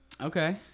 Okay